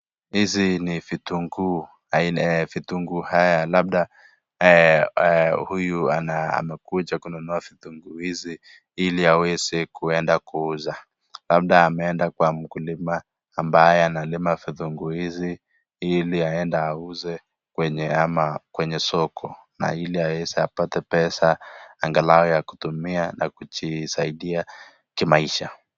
Hizi ni vitungu, aina ya vitungu haya, labda.. huyu amekuja kununua vitunguu hizi, iliaweze kuenda kuuza. Labda ameenda kwa mkulima ambaye analima vitunguu hizi ili aende auze kwenye soko, na ili apate pesa angalau ya kutumia nakujisaidia kwa kimaisha.